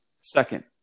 Second